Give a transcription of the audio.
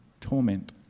torment